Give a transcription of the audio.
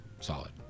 Solid